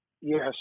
Yes